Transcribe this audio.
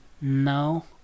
No